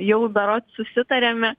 jau berods susitarėme